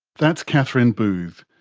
that's kathryn booth,